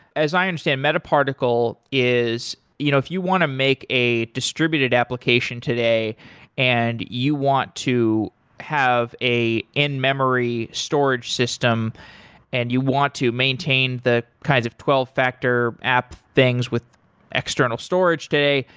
as i understand, metaparticle is you know if you want to make a distributed application today and you want to have a in-memory storage system and you want to maintain the kind of twelve factor app things with external storage storage today,